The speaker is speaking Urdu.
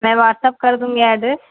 میں واٹس اپ کر دوں گی ایڈریس